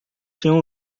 tinha